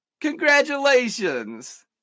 Congratulations